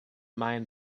mind